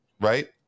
right